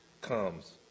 comes